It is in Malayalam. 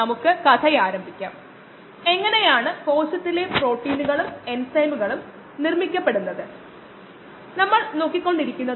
നമുക്ക് ആ മൊഡ്യൂളുമായി മുന്നോട്ട് പോകാം മിക്കവാറും ഈ പ്രഭാഷണത്തിലെ മൊഡ്യൂൾ നമ്മൾ പൂർത്തിയാക്കും